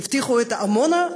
הבטיחו את עמונה,